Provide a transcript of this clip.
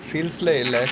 feels like lah